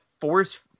force